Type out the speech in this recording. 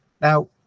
now